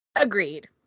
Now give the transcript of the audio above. agreed